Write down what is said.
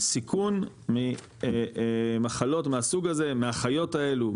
סיכון ממחלות מהסוג הזה מהחיות האלו,